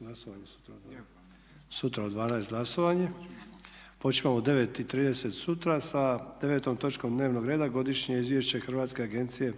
završili. Sutra u 12,00 glasovanje. Počinjemo u 9,30 sutra sa devetom točkom dnevnog reda – Godišnje izvješće Hrvatske agencije